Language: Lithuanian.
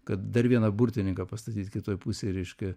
kad dar vieną burtininką pastatyt kitoj pusėj reiškia